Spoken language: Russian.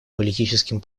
политическим